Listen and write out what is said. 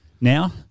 now